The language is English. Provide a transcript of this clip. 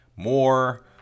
more